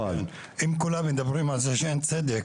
אם כולם מדברים על זה שאין צדק,